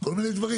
כל מיני דברים.